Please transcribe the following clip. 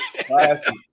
Classic